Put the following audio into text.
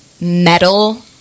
metal